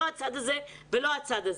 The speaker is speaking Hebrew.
לא הצד הזה ולא הצד הזה.